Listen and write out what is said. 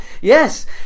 Yes